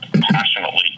passionately